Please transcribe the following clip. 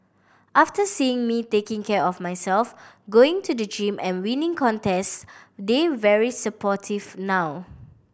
after seeing me taking care of myself going to the gym and winning contests they very supportive now